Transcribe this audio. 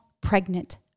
pregnant